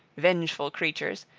vengeful creatures,